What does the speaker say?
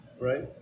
right